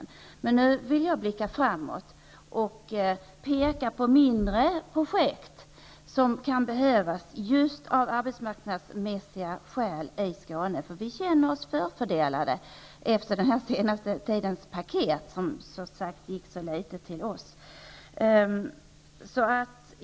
Nu vill jag emellertid blicka framåt och peka på mindre projekt som kan behövas just av arbetsmarknadsskäl i Skåne, eftersom vi känner oss förfördelade efter den senaste tidens paket då så litet gick till oss i Skåne.